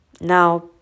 now